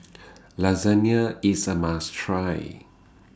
Lasagna IS A must Try